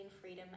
freedom